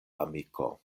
amiko